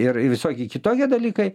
ir visokie kitokie dalykai